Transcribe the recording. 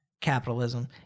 capitalism